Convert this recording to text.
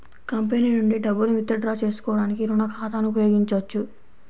company నుండి డబ్బును withdraw చేసుకోవడానికి రుణ ఖాతాను ఉపయోగించొచ్చు